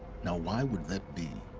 now why would that be?